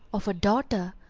of a daughter,